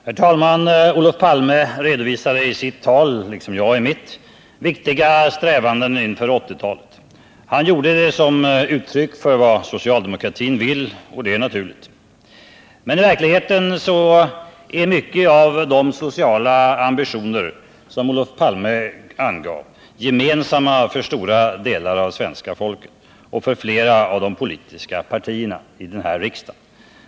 Herr talman! Olof Palme redovisade i sitt tal, liksom jag i mitt, viktiga strävanden inför 1980-talet. Han gjorde det som uttryck för vad socialdemokratin vill, och det är naturligt. Men i verkligheten är mycket av de sociala ambitioner som Olof Palme angav gemensamma för stora delar av svenska folket och för flera av de politiska partierna här i riksdagen.